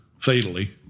fatally